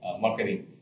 marketing